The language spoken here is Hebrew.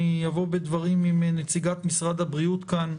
אני אבוא בדברים עם נציגת משרד הבריאות כאן.